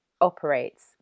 operates